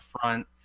front